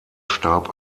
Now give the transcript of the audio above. starb